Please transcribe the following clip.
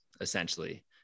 essentially